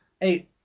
eight